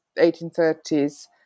1830s